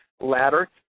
ladder